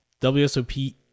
WSOP